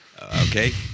Okay